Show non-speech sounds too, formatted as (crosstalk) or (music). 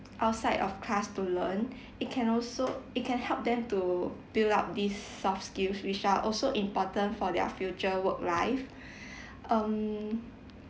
outside of class to learn (breath) it can also it can help them to build up these soft skills which are also important for their future work life (breath) um (breath)